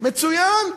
מצוין.